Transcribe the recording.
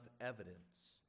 evidence